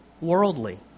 worldly